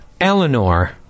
Eleanor